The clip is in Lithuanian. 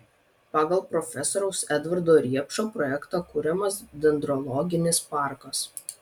pagal profesoriaus edvardo riepšo projektą kuriamas dendrologinis parkas